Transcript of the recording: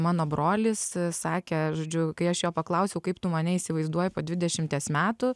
mano brolis sakė žodžiu kai aš jo paklausiau kaip tu mane įsivaizduoji po dvidešimties metų